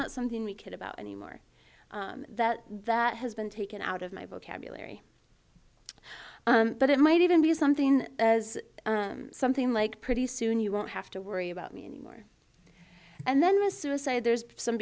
not something we could about anymore that that has been taken out of my vocabulary but it might even be something as something like pretty soon you won't have to worry about me anymore and then a suicide there's some